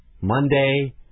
Monday